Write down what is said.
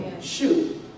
Shoot